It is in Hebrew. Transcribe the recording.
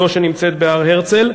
זאת שנמצאת בהר-הרצל,